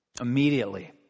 Immediately